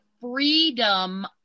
freedom